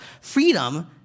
Freedom